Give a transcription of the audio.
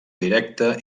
directa